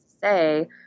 say